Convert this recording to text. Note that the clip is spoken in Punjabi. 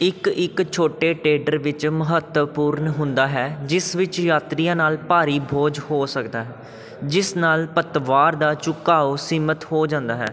ਇੱਕ ਇੱਕ ਛੋਟੇ ਟੈਂਡਰ ਵਿੱਚ ਮਹੱਤਵਪੂਰਨ ਹੁੰਦਾ ਹੈ ਜਿਸ ਵਿੱਚ ਯਾਤਰੀਆਂ ਨਾਲ ਭਾਰੀ ਬੋਝ ਹੋ ਸਕਦਾ ਹੈ ਜਿਸ ਨਾਲ ਪਤਵਾਰ ਦਾ ਝੁਕਾਓ ਸੀਮਤ ਹੋ ਜਾਂਦਾ ਹੈ